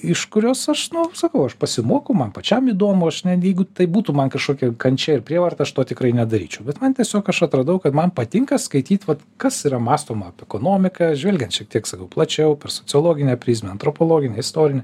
iš kurios aš nu sakau aš pasimokau man pačiam įdomu aš ne jeigu tai būtų man kažkokia kančia ir prievarta aš to tikrai nedaryčiau bet man tiesiog aš atradau kad man patinka skaityt vat kas yra mąstoma apie ekonomiką žvelgiant šiek tiek sakau plačiau per sociologinę prizmę antropologinę istorinę